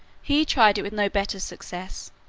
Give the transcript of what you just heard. he tried it with no better success,